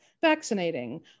vaccinating